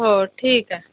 हो ठीक आहे